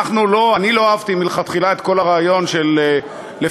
אני לא אהבתי מלכתחילה את כל הרעיון של לפרק